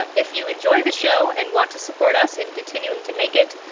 but if you enjoy the show and want to support us in continuing to make it,